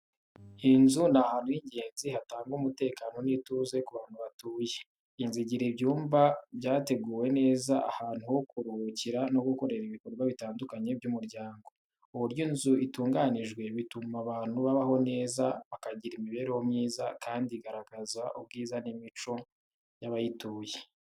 Inzu ni ahantu h'ingenzi hatanga umutekano n’ituze ku bantu batuye. Inzu igira ibyumba byateguwe neza, ahantu ho kuruhukira no gukorera ibikorwa bitandukanye by'umuryango. Uburyo inzu itunganijwe butuma abantu babaho neza, bakagira imibereho myiza, kandi igaragaza ubwiza n’imico y’abayituye.